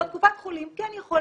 לעומת זאת, קופת חולים כן יכולה.